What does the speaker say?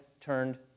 turned